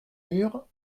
mur